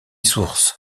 source